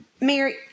Mary